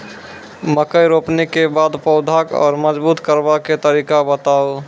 मकय रोपनी के बाद पौधाक जैर मजबूत करबा के तरीका बताऊ?